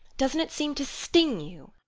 doesn't it seem to sting you?